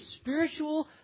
spiritual